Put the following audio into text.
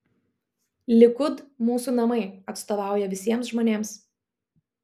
likud mūsų namai atstovauja visiems žmonėms